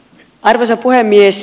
arvoisa puhemies